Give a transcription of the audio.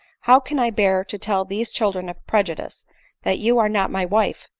how can i bear to tell these children of prejudice that you are not my wife,